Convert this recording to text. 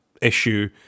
issue